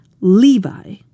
Levi